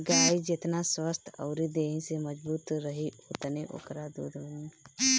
गाई जेतना स्वस्थ्य अउरी देहि से मजबूत रही ओतने ओकरा दूध बनी